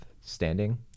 Standing